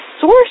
source